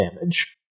damage